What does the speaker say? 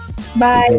Bye